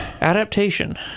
Adaptation